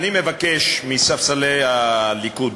אני מבקש מספסלי הליכוד,